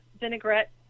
vinaigrette